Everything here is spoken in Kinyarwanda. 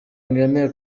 nkeneye